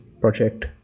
project